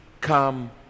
come